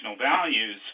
values